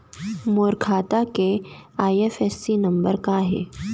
मोर खाता के IFSC number का हे?